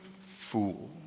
fool